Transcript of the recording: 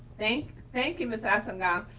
thank thank you, miss assangang.